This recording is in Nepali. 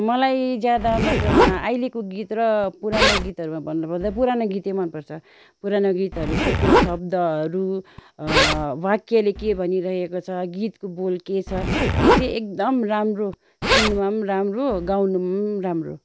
मलाई ज्यादा मात्रामा अहिलेको गीत र पुरानो गीतहरूमा भन्नु पर्दा पुरानो गीतै मन पर्छ पुरानो गीतहरूको त्यो शब्दहरू वाक्यले के भनिरहेको छ गीतको बोल के छ त्यो चाहिँ एकदम राम्रो सुन्नुमा पनि राम्रो गाउनुमा पनि राम्रो